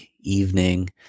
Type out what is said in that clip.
evening